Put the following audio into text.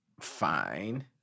fine